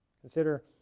Consider